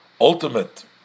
ultimate